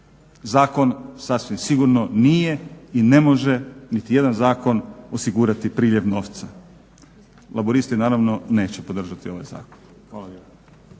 Zakon sasvim sigurno nije i ne može niti jedan zakon osigurati priljev novca. Laburisti naravno neće podržati ovaj zakon.